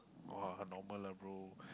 !wah! normal lah bro